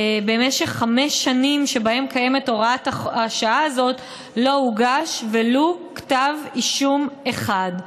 במשך חמש שנים שבהן קיימת הוראת השעה הזאת לא הוגש ולו כתב אישום אחד.